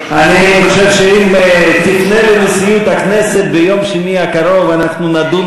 אני חושב שאם תפנה לנשיאות הכנסת ביום שני הקרוב אנחנו נדון